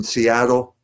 Seattle